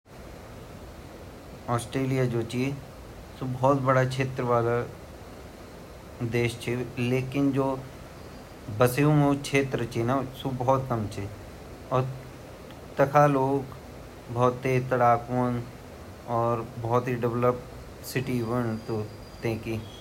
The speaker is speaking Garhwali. ऑस्ट्रलिअ बारे मा हमते यू पता ची की उ थोड़ा सा सूखु इलाका ची ठण्डु इलाका छिन अर वख कंगारू भोत पाया जांदा क्युकी हमते बचपन पे पड़ायु की कंगारू मतलब ऑस्ट्रेलिआ अर वखा जो क्रिकेटर जु छिन उ सबसे टॉप पर छिन।